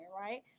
right